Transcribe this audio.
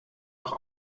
noch